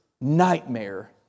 nightmare